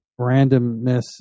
randomness